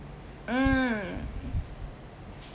mm